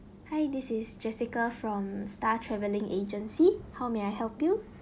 hi this is jessica from star travelling agency how may I help you